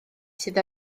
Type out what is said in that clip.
sydd